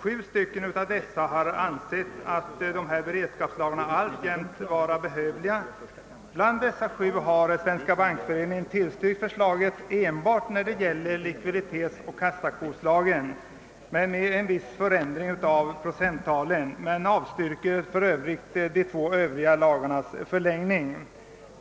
Sju av dem har ansett dessa beredskapslagar alltjämt vara behövliga. Bland dessa sju remissinstanser har Svenska bankföreningen tillstyrkt förslaget enbart när det gäller likviditetsoch kassakvotslagen men med en viss förändring av procenttalen och avstyrker för övrigt de två övriga lagarnas förlängning.